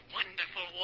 wonderful